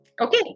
Okay